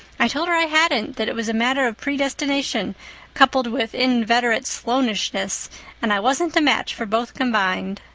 i told her i hadn't that it was a matter of predestination coupled with inveterate sloanishness and i wasn't a match for both combined.